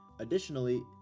Additionally